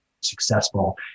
successful